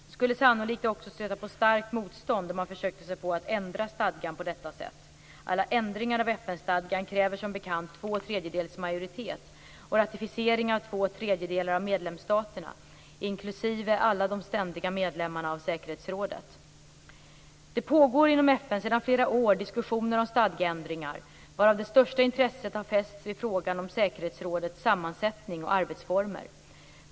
Det skulle sannolikt också stöta på starkt motstånd om man försökte sig på att ändra stadgan på detta sätt. Alla ändringar av FN-stadgan kräver som bekant tvåtredjedels majoritet och ratificering av två tredjedelar av medlemsstaterna, inklusive alla de ständiga medlemmarna av säkerhetsrådet. Det pågår inom FN sedan flera år diskussioner om stadgeändringar. Det största intresset har fästs vid frågan om säkerhetsrådets sammansättning och arbetsformer.